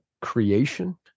creation